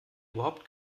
überhaupt